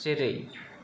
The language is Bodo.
जेरै